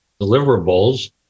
deliverables